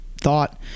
thought